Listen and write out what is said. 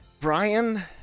Brian